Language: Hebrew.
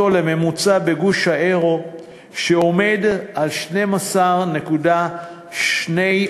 לממוצע בגוש היורו שבו הממוצע הוא 12.2%,